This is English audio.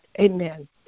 Amen